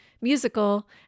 musical